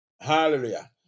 Hallelujah